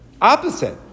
Opposite